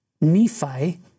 Nephi